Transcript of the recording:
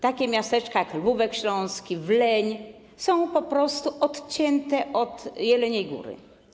Takie miasteczka jak Lwówek Śląski, Wleń są po prostu odcięte od Jeleniej Góry.